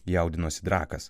jaudinosi drakas